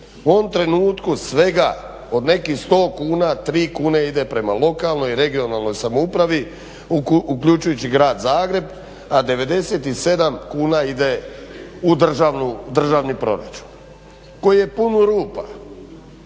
U ovom trenutku svega od nekih 100 kuna 3 kune prema lokalnoj i regionalnoj samoupravi, uključujući Grad Zagreb, a 97 kuna ide u državni proračun koji je pun rupa